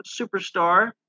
superstar